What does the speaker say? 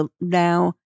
now